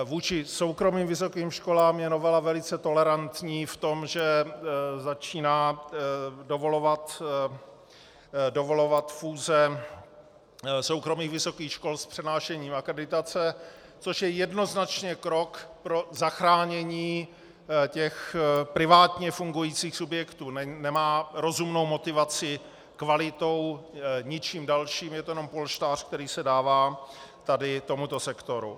Vůči soukromým vysokým školám je novela velice tolerantní v tom, že začíná dovolovat fúze soukromých vysokých škol s přenášením akreditace, což je jednoznačně krok pro zachránění těch privátně fungujících subjektů, nemá rozumnou motivaci kvalitou, ničím dalším, je to jenom polštář, který se dává tady tomuto sektoru.